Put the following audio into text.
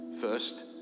First